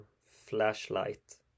flashlight